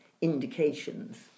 indications